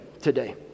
today